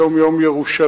היום יום ירושלים.